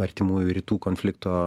artimųjų rytų konflikto